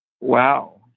Wow